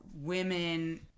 women